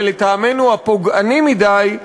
ולטעמנו הפוגעני מדי,